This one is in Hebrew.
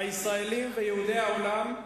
אתה, הישראלים ויהודי העולם,